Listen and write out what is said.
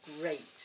great